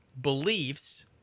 beliefs